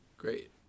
Great